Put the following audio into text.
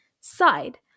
side